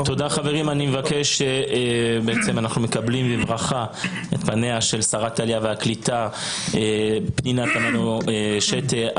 אנחנו מקבלים בברכה את פניה של שרת העלייה והקליטה פנינה תמנו שטה.